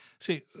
See